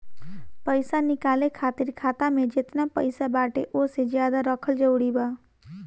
पईसा निकाले खातिर खाता मे जेतना पईसा बाटे ओसे ज्यादा रखल जरूरी बा?